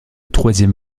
troisième